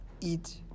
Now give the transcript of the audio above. eat